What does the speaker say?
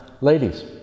Ladies